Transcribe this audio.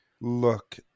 look